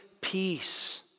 peace